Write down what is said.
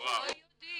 הם לא יודעים.